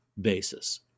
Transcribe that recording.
basis